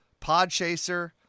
Podchaser